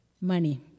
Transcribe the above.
money